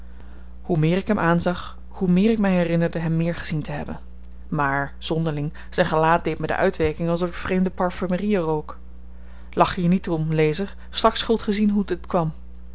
hoe meer ik hem aanzag hoe meer ik my herinnerde hem meer gezien te hebben maar zonderling zyn gelaat deed my de uitwerking alsof ik vreemde parfumerien rook lach hier niet om lezer straks zult ge zien hoe dit kwam